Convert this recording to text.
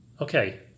okay